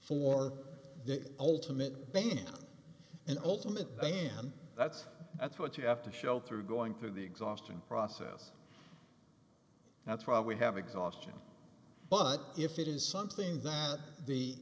for the ultimate band and ultimate band that's that's what you have to show through going through the exhausting process that's why we have exhaustion but if it is something that the